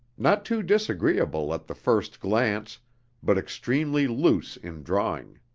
not too disagreeable at the first glance but extremely loose in drawing.